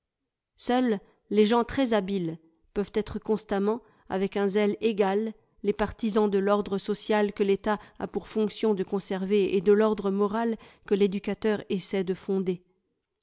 seuls les gens très habiles peuvent être constamment avec un zèle égal les partisans de l'ordre social que l'etat a pour fonction de conserver et de l'ordre moral que l'éducateur essaie de fonder